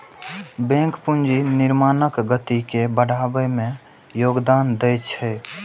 bank पूंजी निर्माणक गति के बढ़बै मे योगदान दै छै